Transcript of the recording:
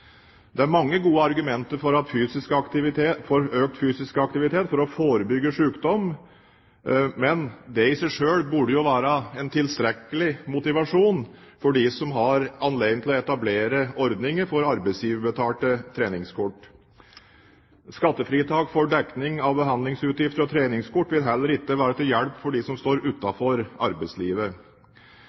Det er mange gode argumenter for økt fysisk aktivitet for å forebygge sykdom, men det i seg selv burde jo være en tilstrekkelig motivasjon for dem som har anledning til å etablere ordninger for arbeidsgiverbetalte treningskort. Skattefritak for dekning av behandlingsutgifter og treningskort vil heller ikke være til hjelp for dem som står utenfor arbeidslivet.